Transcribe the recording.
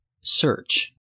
search